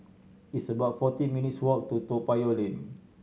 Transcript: it's about forty minutes' walk to Toa Payoh Lane